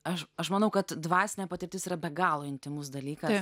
aš aš manau kad dvasinė patirtis yra be galo intymus dalykas